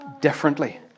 differently